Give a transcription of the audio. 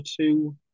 two